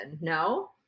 no